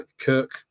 Kirk